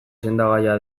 sendagaia